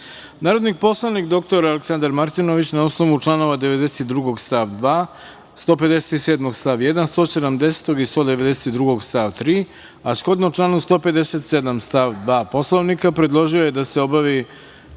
predlog. Narodni poslanik dr Aleksandar Martinović, na osnovu članova 92. stav 2, 157. stav 1, 170. i 192. stav 3, a shodno članu 157. stav 2. Poslovnika, predložio je da se obavi:1.